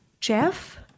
Jeff